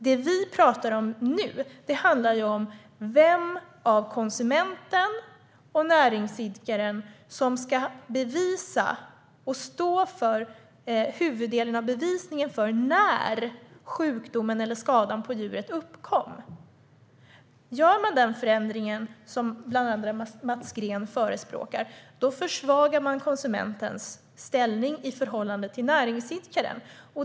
Det vi pratar om nu handlar ju om vem av konsumenten och näringsidkaren som ska stå för huvuddelen av bevisningen när det gäller när sjukdomen eller skadan på djuret uppkom. Gör man den förändring som bland andra Mats Green förespråkar försvagar man konsumentens ställning i förhållande till näringsidkaren.